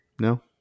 No